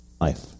life